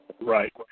Right